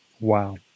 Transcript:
Wow